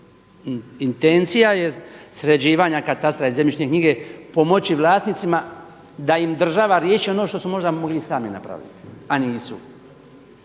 Intencija je sređivanja katastra i zemljišne knjige pomoći vlasnicima da im država riješi ono što su možda mogli sami napraviti, a nisu.